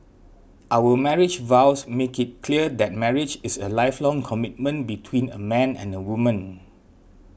our marriage vows make it clear that marriage is a lifelong commitment between a man and a woman